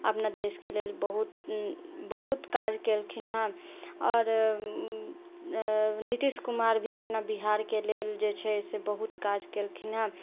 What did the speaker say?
अपना देशके लेल बहुत बहुत काज केलखिन हैं आओर नीतीश कुमार भी अपना बिहारके लेल जेछै से बहुत काज केलखिन हैं